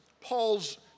Paul's